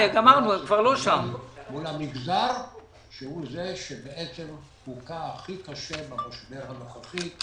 מול המגזר שהוא זה שבעצם הוכה הכי קשה במשבר הנוכחי,